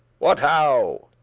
what how?